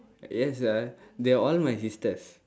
yes ah they all my sisters